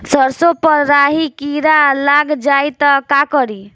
सरसो पर राही किरा लाग जाई त का करी?